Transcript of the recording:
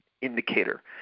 indicator